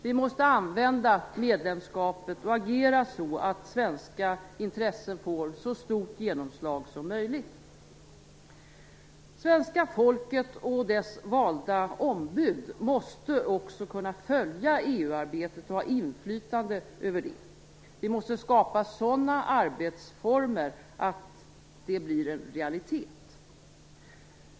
Vi måste använda medlemskapet och agera så att svenska intressen får så stort genomslag som möjligt. Svenska folket och dess valda ombud måste också kunna följa EU-arbetet och ha inflytande över det. Vi måste skapa sådana arbetsformer att det blir en realitet.